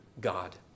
God